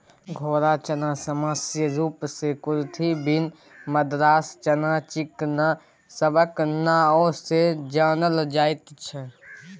घोड़ा चना सामान्य रूप सँ कुरथी, बीन, मद्रास चना, चिकना सबक नाओ सँ जानल जाइत छै